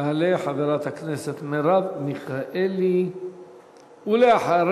תעלה חברת הכנסת מרב מיכאלי, ולאחריה,